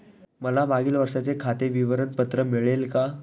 मला मागील वर्षाचे खाते विवरण पत्र मिळेल का?